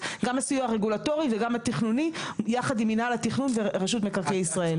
הרגולטורי והתכנוני של מינהל התכנון ורשות מקרקעי ישראל.